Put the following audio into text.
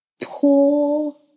pull